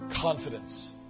confidence